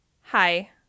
hi